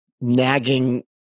nagging